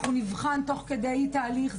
אנחנו נבחן תוך כדי תהליך.